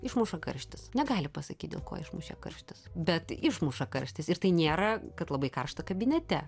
išmuša karštis negali pasakyt dėl ko išmušė karštis bet išmuša karštis ir tai nėra kad labai karšta kabinete